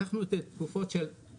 לקחנו את התקופות של 2015,